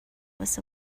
was